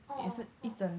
orh orh